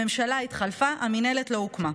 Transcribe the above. הממשלה התחלפה, המינהלת לא הוקמה.